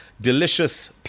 delicious